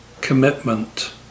commitment